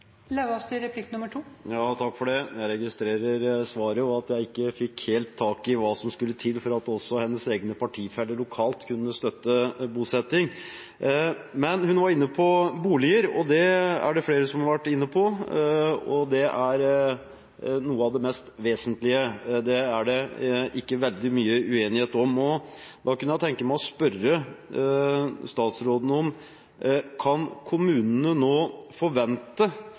Jeg registrerer svaret, og at jeg ikke fikk helt tak i hva som skulle til for at også statsrådens egne partifeller lokalt kunne støtte bosetting. Men hun var inne på boliger. Det er det flere som har vært inne på, og det er noe av det mest vesentlige – det er det ikke veldig mye uenighet om. Da kunne jeg tenke meg å spørre statsråden: Kan kommunene nå forvente